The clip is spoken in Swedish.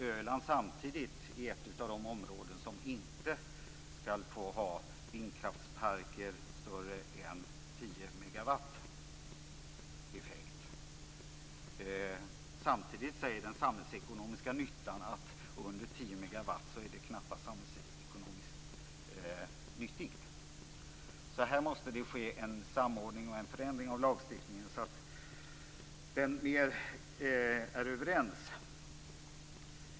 Öland är ett av de områden som inte ska få ha vindkraftsparker med större effekt än 10 megawatt. Samtidigt är sådana under 10 megawatt knappast samhällsekonomiskt nyttiga. Det måste här ske en samordning av lagstiftningen så att den blir mer överensstämmande.